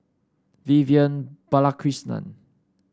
Vivian Balakrishnan